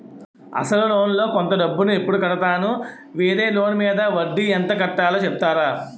అసలు లోన్ లో కొంత డబ్బు ను ఎప్పుడు కడతాను? వేరే లోన్ మీద వడ్డీ ఎంత కట్తలో చెప్తారా?